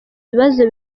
ibibazo